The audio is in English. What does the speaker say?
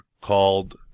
called